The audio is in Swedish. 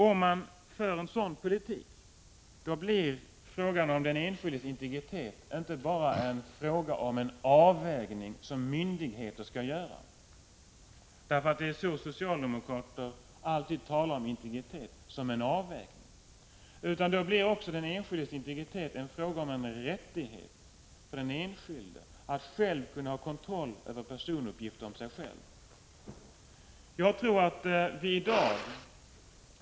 Om man för en sådan politik blir frågan om den enskildes integritet inte bara en fråga om en avvägning som myndigheterna skall göra, det är så socialdemokrater alltid talar om integritet — som en avvägningsfråga. Då blir den enskildes integritet också en fråga om en rättighet för den enskilde att ha kontroll över personuppgifter om sig själv.